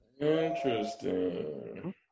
Interesting